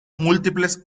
múltiples